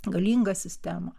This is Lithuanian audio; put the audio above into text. galingą sistemą